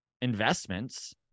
investments